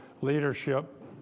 leadership